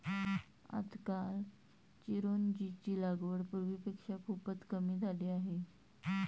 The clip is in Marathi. आजकाल चिरोंजीची लागवड पूर्वीपेक्षा खूपच कमी झाली आहे